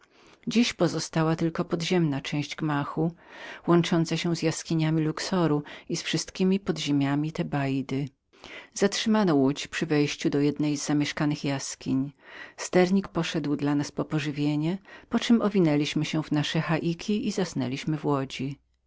dziś pozostała tylko podziemna część gmachu łącząca się z jaskiniami luxoru i wszystkiemi podziemiami tebaidy zatrzymano łódź przy wejściu do jednej z zamieszkanych jaskiń sternik poszedł dla nas po pożywienie poczem owinęliśmy się w nasze haiki i zasnęliśmy w łodzi